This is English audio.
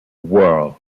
world